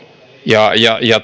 ja